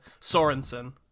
Sorensen